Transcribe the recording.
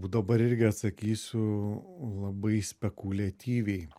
dabar irgi atsakysiu labai spekuliatyviai